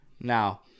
Now